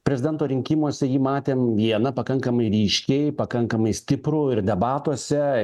prezidento rinkimuose jį matėm vieną pakankamai ryškiai pakankamai stiprų ir debatuose